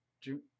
June